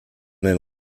den